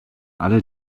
alle